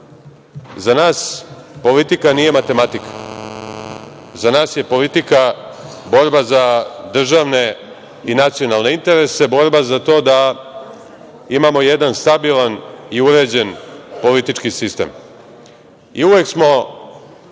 za nas politika nije matematika, za nas je politika borba za državne i nacionalne interese, borba za to da imamo jedan stabilan i uređen politički sistem. Uvek smo